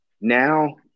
Now